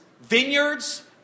vineyards